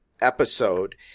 episode